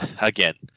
again